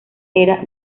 era